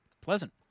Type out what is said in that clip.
pleasant